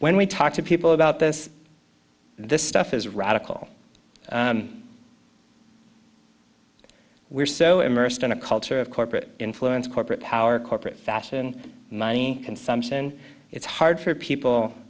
when we talk to people about this this stuff is radical we're so immersed in a culture of corporate influence corporate power corporate fashion and money consumption it's hard for people